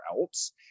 else